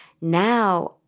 Now